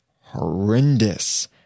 horrendous